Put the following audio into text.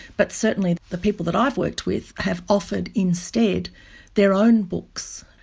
but certainly the people that i've worked with have offered instead their own books,